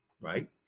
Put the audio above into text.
right